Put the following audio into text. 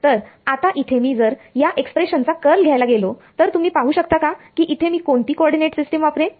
तर आता इथे मी जर या एक्सप्रेशन चा कर्ल घ्यायला गेलो तर तुम्ही पाहू शकता का कि इथे मी कोणती कॉर्डीनेट सिस्टीम वापरेल